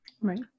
Right